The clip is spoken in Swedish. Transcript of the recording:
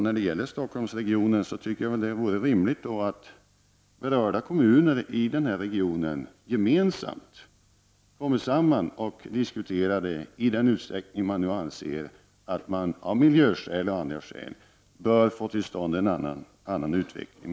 När det gäller Stockholmsregionen tycker jag att det vore rimligt att berörda kommuner i regionen gemensamt diskuterar i vilken utsträckning man anser att man av miljöskäl och övriga skäl bör få till stånd en annan utveckling.